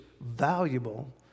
valuable